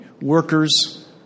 workers